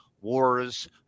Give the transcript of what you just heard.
wars